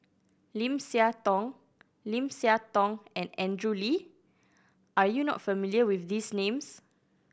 Lim Siah Tong Lim Siah Tong and Andrew Lee are you not familiar with these names